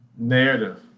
narrative